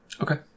Okay